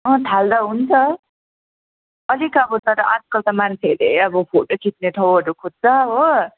अँ थाल्दा हुन्छ अलिक अब तर आजकल त मान्छेहरूले अब फोटो खिच्ने ठाउँहरू खोज्छ हो